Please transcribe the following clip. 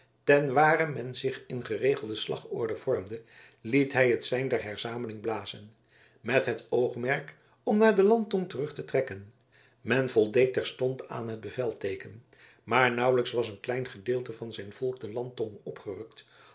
tenware men zich in geregelde slagorde vormde liet hij het sein der herzameling blazen met het oogmerk om naar de landtong terug te trekken men voldeed terstond aan het bevelteeken maar nauwelijks was een klein gedeelte van zijn volk de landtong opgerukt